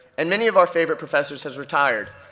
and many of our favorite professors has retired,